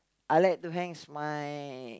I like the hangs my